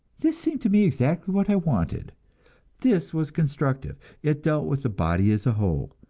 this seemed to me exactly what i wanted this was constructive, it dealt with the body as a whole.